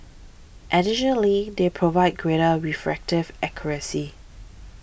additionally they provide greater refractive accuracy